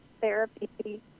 therapy